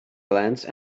glance